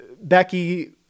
Becky